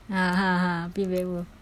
big bad wolf